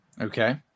Okay